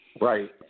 Right